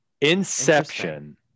Inception